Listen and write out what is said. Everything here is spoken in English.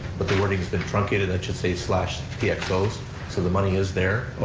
but the wording has been truncated, that should say pxos so the money is there. oh,